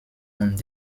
und